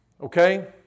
okay